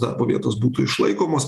darbo vietos būtų išlaikomos